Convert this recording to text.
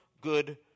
good